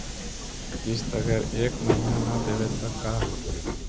किस्त अगर एक महीना न देबै त का होतै?